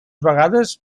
vegades